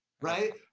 right